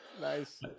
Nice